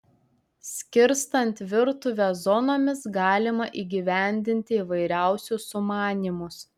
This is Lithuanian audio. skirstant virtuvę zonomis galima įgyvendinti įvairiausius sumanymus